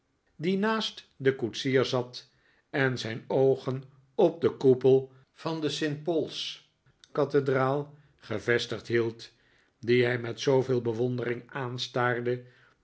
die naast den koetsier zat en zijn oogen op den koepel van de st pauls kathedraal gevestigd hield dien hij met zooveel bewondering aanstaarde